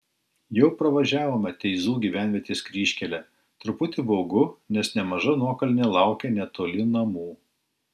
jau pravažiavome teizų gyvenvietės kryžkelę truputį baugu nes nemaža nuokalnė laukia netoli namų